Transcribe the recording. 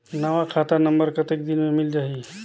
नवा खाता नंबर कतेक दिन मे मिल जाही?